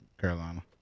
Carolina